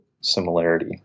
similarity